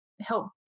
help